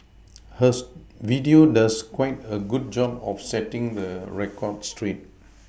hers video does quite a good job of setting the record straight